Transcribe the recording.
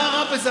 מה רע בזה?